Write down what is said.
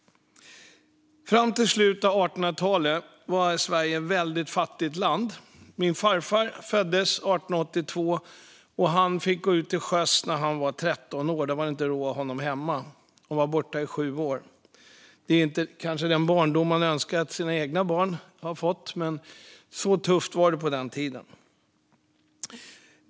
Fram till slutet av 1800-talet var Sverige ett mycket fattigt land. Min farfar föddes 1882, och han fick gå till sjöss när han var 13 år. De hade inte råd att ha honom hemma. Han var borta i sju år. Det är kanske inte den barndom man önskar för sina egna barn, men så tufft var det på den tiden.